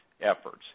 efforts